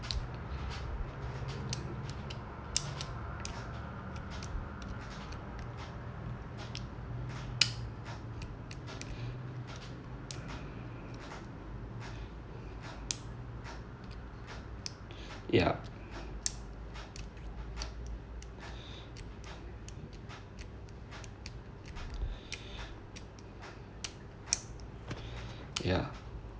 ya ya